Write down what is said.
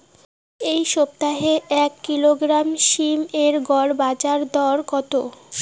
এই সপ্তাহে এক কিলোগ্রাম সীম এর গড় বাজার দর কত?